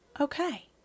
Okay